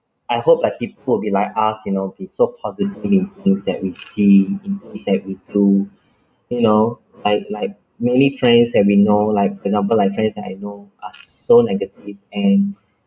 I hope that it will be like us you know be so positive in things that we see in things that we do you know like like mainly friends that we know like for example like friends that I know are so negative and